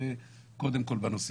הנושא